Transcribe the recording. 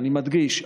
אני מדגיש,